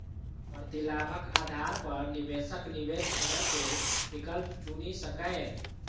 प्रतिलाभक आधार पर निवेशक निवेश करै के विकल्प चुनि सकैए